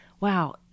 Wow